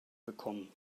bekommen